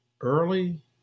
early